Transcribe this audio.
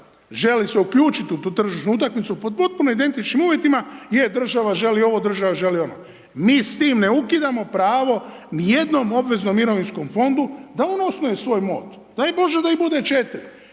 želi se uključit u tu tržišnu utakmicu pod potpuno identičnim uvjetima, je država želi ovo, država želi ono. Mi s tim ne ukidamo pravo ni jednom obveznom mirovinskom fondu da on osnuje svoj MOD. Daj Bože da ih bude 4.